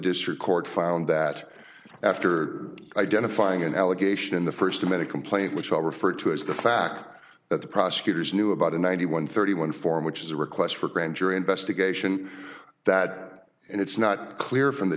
district court found that after identifying an allegation in the first of many complaints which i refer to as the fact that the prosecutors knew about in ninety one thirty one form which is a request for grand jury investigation that and it's not clear from the